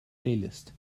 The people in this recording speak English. playlist